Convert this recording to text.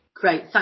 Great